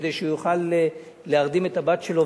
כדי שהוא יוכל להרדים את הבת שלו,